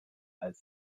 als